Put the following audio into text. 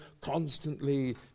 constantly